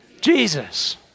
Jesus